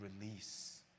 release